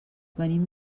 venim